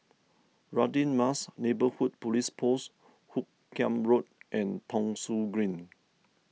Radin Mas Neighbourhood Police Post Hoot Kiam Road and Thong Soon Green